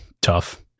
tough